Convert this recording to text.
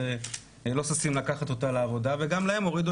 אז לא ששים לקחת אותה לעבודה וגם להן הורידו